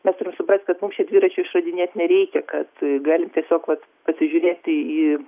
mes turim suprast kad mums čia dviračio išradinėt nereikia kad galim tiesiog vat pasižiūrėti į